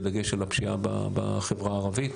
בדגש על הפשיעה בחברה הערבית.